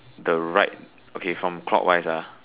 the right okay from clockwise ah